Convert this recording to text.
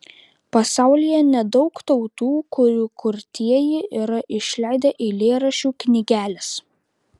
pasaulyje nedaug tautų kurių kurtieji yra išleidę eilėraščių knygeles